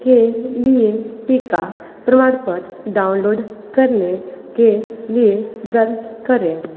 के लिए टीका प्रमाण पत्र डाउनलोड करने के लिए दर्ज करें